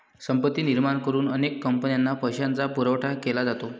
संपत्ती निर्माण करून अनेक कंपन्यांना पैशाचा पुरवठा केला जातो